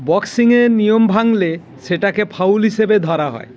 বক্সিংয়ের নিয়ম ভাঙলে সেটাকে ফাউল হিসেবে ধরা হয়